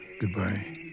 Goodbye